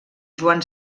joan